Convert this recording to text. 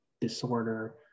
disorder